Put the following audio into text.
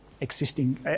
Existing